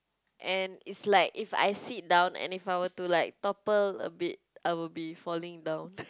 and it's like if I sit down and if I were to like topple a bit I will be falling down